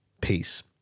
peace